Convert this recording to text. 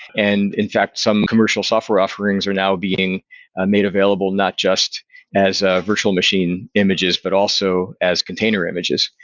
and in fact, some commercial software offerings are now being ah made available not just as a virtual machine images, but also as container images.